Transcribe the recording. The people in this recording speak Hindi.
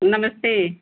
नमस्ते